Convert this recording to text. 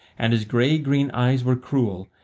and his grey-green eyes were cruel,